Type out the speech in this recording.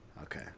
Okay